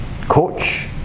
Coach